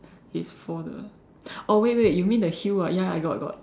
it's for the oh wait wait you mean the heel ah ya ya I got I got